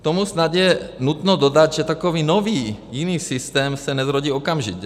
K tomu snad je nutno dodat, že takový nový, jiný systém se nezrodí okamžitě.